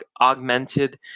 augmented